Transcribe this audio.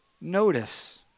notice